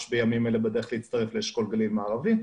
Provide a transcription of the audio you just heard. בימים אלה בדרך להצטרף לאשכול גליל מערבי,